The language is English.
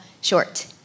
short